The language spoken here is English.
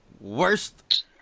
worst